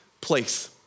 place